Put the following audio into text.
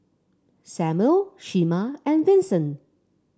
Samual Shemar and Vincent